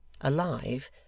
alive